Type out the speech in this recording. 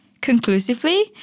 Conclusively